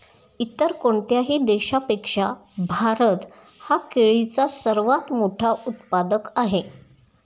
इतर कोणत्याही देशापेक्षा भारत हा केळीचा सर्वात मोठा उत्पादक आहे